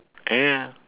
uh ya